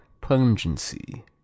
Pungency